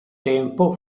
tempo